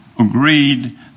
agreed